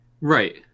Right